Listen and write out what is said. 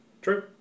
True